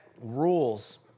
rules